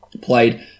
Played